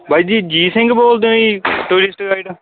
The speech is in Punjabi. ਬਾਈ ਜੀ ਅਜੀਤ ਸਿੰਘ ਬੋਲਦੇ ਹੋ ਜੀ ਟੂਰਿਸਟ ਗਾਈਡ